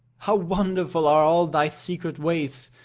how wonderful are all thy secret ways!